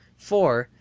for,